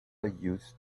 used